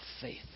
faith